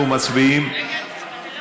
אנחנו רוצים לעבור